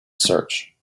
search